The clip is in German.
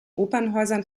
opernhäusern